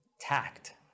tact